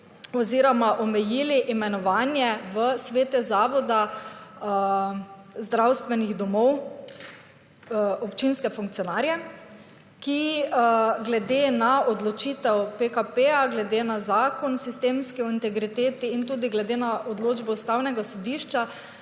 (nadaljevanje) imenovanje v svete zavoda zdravstvenih domov občinske funkcionarje, ki glede na odločitev PKP glede na zakon, sistemski, o integriteti in tudi glede na odločbo Ustavnega sodišča,